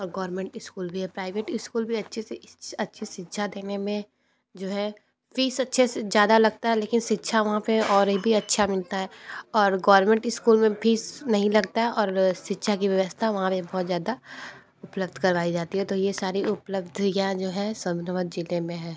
और government school भी हैं प्राइवेट स्कूल भी अच्छी से अच्छी शिक्षा देने में जो है फ़ीस अच्छे से ज़्यादा लगता है लेकिन शिक्षा वहाँ पर और यह भी अच्छा मिलता है और गोवरमेंट स्कूल में फ़ीस नहीं लगता है और शिक्षा की व्यवस्था वहाँ पर बहुत ज़्यादा उपलब्ध करवाई जाती है तो यह सारी उपलब्धियाँ जो है सोनभद्र ज़िले में है